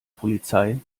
polizei